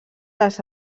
les